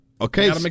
Okay